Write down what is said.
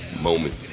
moment